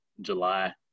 July